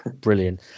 Brilliant